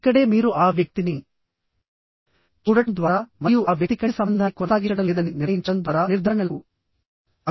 ఇక్కడే మీరు ఆ వ్యక్తిని చూడటం ద్వారా మరియు ఆ వ్యక్తి కంటి సంబంధాన్ని కొనసాగించడం లేదని నిర్ణయించడం ద్వారా నిర్ధారణలకు రాకూడదు